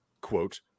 quote